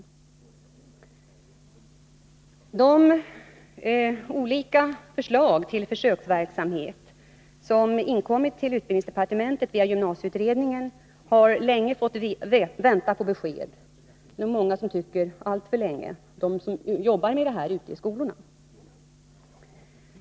Initiativtagarna till de olika förslag till försöksverksamhet som inkommit till utbildningsdepartementet via gymnasieutredningen har länge fått vänta på besked — alltför länge, menar många, som arbetar med det här ute i skolorna.